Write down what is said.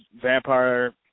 vampire